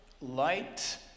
light